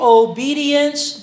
obedience